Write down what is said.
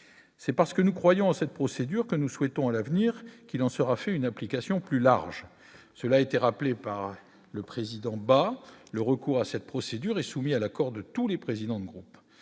c'est parce que nous croyons à cette procédure que nous souhaitons à l'avenir qu'il en sera fait une application plus large, cela a été rappelé par le président bat le recours à cette procédure est soumis à l'accord de tous les présidents de groupe